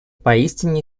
поистине